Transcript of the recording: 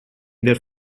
their